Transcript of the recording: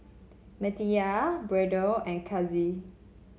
Matilda Brayden and Cassie